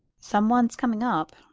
somcone's coming up.